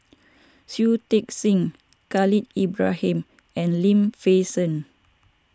Shui Tit Sing Khalil Ibrahim and Lim Fei Shen